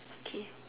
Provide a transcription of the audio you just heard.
okay